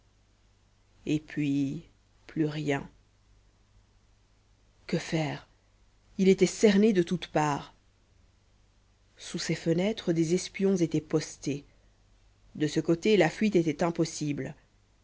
et puis plus rien que faire il était cerné de toutes parts sous ses fenêtres des espions étaient postés de ce côté la fuite était impossible